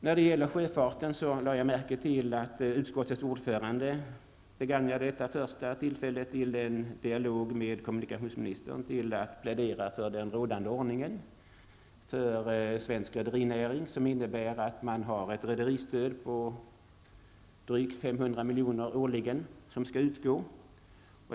När det gäller sjöfarten lade jag märke till att utskottets ordförande begagnade detta första tillfälle till en dialog med kommunikationsministern till att plädera för den rådande ordningen för svensk rederinäring, som innebär att ett rederistöd på drygt 500 milj.kr. utgår årligen.